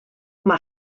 mae